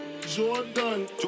Jordan